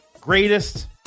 greatest